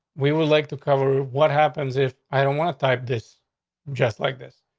we would like to cover what happens if i don't want to type this just like this.